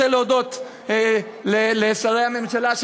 רוצה להודות לשרי הממשלה,